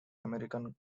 american